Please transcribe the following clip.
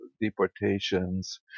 deportations